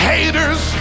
Haters